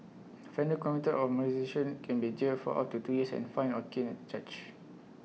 offenders convicted of molestation can be jailed for up to two years and fined or caned charge